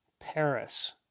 Paris